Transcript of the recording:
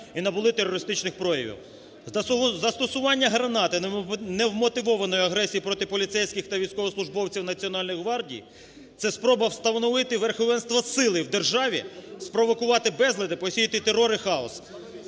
і набули терористичних проявів. Застосування гранати, невмотивованої агресії проти поліцейських та військовослужбовців Національної гвардії – це спроба встановити верховенство сили в державі, спровокувати безлади, посіяти терор і хаос.